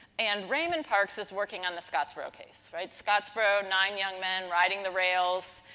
and, raymond parks is working on the scottsboro case. right? scottsboro, nine young men riding the rails,